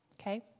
Okay